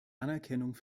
anerkennung